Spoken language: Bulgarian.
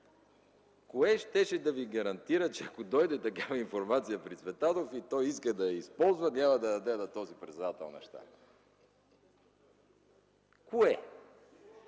кое щеше да Ви гарантира, че ако дойде такава информация при Цветанов и той иска да я използва, няма да я даде на този председател на щаба?